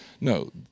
no